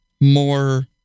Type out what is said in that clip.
more